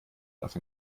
darf